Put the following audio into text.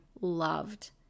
loved